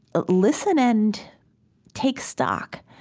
listen and take stock,